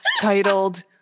titled